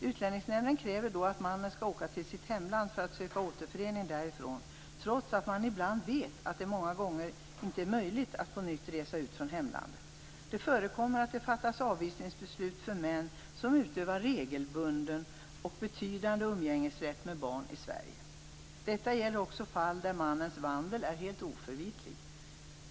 Utlänningsnämnden kräver då att mannen skall åka till sitt hemland för att söka återförening därifrån, trots att man vet att det många gånger inte är möjligt att på nytt resa ut från hemlandet. Det förekommer att det fattas avvisningsbeslut angående män som utövar regelbunden och betydande umgängesrätt med barn i Sverige. Detta gäller också fall där mannens vandel är helt oförvitlig.